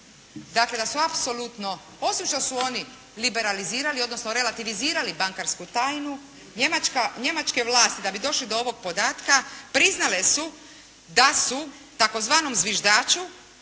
Dakle, da su apsolutno, osim što su oni liberalizirali, odnosno relativizirali bankarsku tajnu, Njemačka, njemačke vlasti da bi došli do ovog podatka priznale su da su tzv. zviždaču